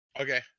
okay